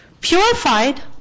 Purified